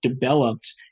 developed